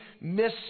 miss